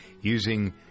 using